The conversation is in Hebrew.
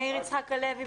מאיר יצחק הלוי,